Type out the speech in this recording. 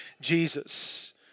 Jesus